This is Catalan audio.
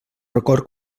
record